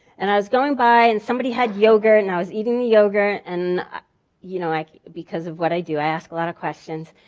and i was going by and somebody had yogurt and i was eating the yogurt and you know like because of what i do, i ask a lot of questions,